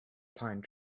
pine